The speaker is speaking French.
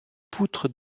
poutres